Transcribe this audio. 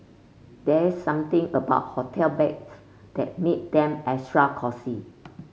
there's something about hotel beds that make them extra cosy